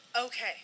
Okay